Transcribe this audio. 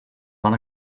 van